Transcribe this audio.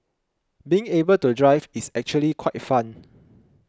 being able to drive is actually quite fun